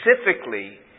specifically